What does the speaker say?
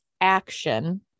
action